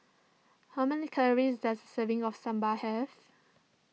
how many calories does a serving of Sambal have